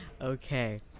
Okay